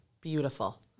Beautiful